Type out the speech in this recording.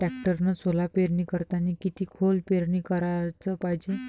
टॅक्टरनं सोला पेरनी करतांनी किती खोल पेरनी कराच पायजे?